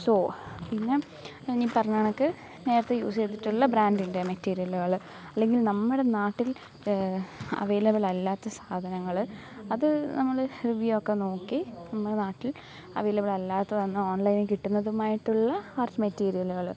so പിന്നെ ഞാൻ ഈ പറഞ്ഞ കണക്ക് നേരത്തെ യൂസ് ചെയ്തിട്ടുള്ള ബ്രാൻഡിൻ്റെ മെറ്റീരിയലുകൾ അല്ലെങ്കിൽ നമ്മുടെ നാട്ടിൽ അവൈലബിൾ അല്ലാത്ത സാധനങ്ങൾ അത് നമ്മൾ റിവ്യൂ ഒക്കെ നോക്കി നമ്മൾ നാട്ടിൽ അവൈലബിൾ അല്ലാത്തത് ഓൺലൈനിൽ കിട്ടുന്നതുമായിട്ടുള്ള ആർട്ട് മെറ്റീരിയലുകൾ